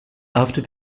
after